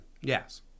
Yes